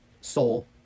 soul